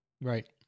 Right